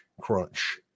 crunch